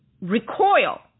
recoil